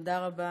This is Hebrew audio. תודה רבה,